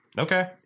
Okay